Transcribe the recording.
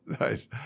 Nice